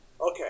Okay